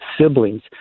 siblings